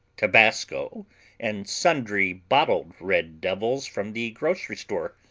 tabasco and sundry bottled red devils from the grocery store,